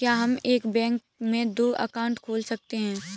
क्या हम एक बैंक में दो अकाउंट खोल सकते हैं?